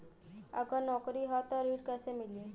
अगर नौकरी ह त ऋण कैसे मिली?